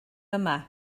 yma